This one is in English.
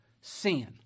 Sin